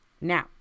Now